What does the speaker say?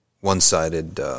one-sided